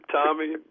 Tommy